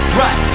right